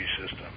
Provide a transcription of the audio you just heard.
system